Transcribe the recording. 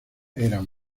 eran